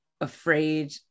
afraid